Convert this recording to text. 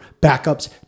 backup's